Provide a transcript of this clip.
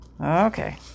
Okay